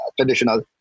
traditional